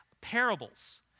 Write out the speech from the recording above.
parables